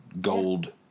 gold